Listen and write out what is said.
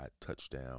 touchdown